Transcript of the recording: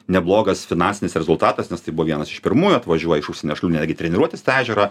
neblogas finansinis rezultatas nes tai buvo vienas iš pirmųjų atvažiuoja iš užsienio šalių netgi treniruotis tą ežerą